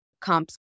comps